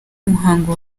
muhango